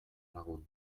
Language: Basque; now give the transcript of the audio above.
lagun